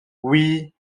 oui